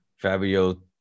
fabio